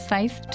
Faith